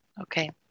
Okay